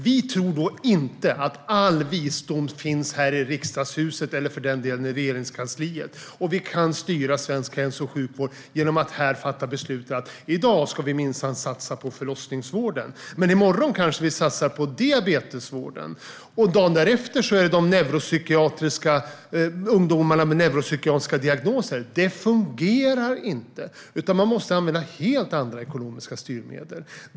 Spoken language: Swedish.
Vi tror inte att all visdom finns här i riksdagshuset eller för den delen i Regeringskansliet eller att vi kan styra svensk hälso och sjukvård genom att här fatta beslut och säga att i dag ska vi minsann satsa på förlossningsvården, men i morgon kanske vi satsar på diabetesvården och dagen därefter på ungdomarna med neuropsykiatriska diagnoser. Det fungerar inte, utan man måste använda helt andra ekonomiska styrmedel.